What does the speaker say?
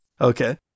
Okay